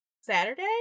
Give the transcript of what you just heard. Saturday